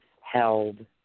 held